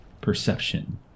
perception